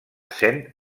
saint